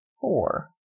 Four